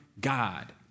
God